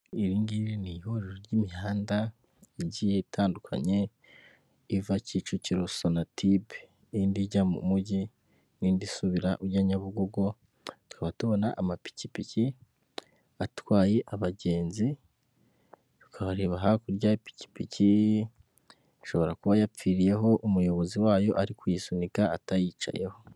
Iri ngiri ni ihuriro ry'imihanda igiye itandukanye iva kicukiro sonatube n'indi ijya mu mujyi n'indi isubira ijya nyabugogo, tukaba tubona amapikipiki atwaye abagenzi tukabareba hakurya ipikipiki ishobora kuba yapfiriyeho umuyobozi wayo ari kuyisunika atayicayeho.